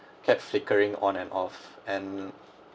kept flickering on and off and